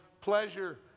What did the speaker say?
pleasure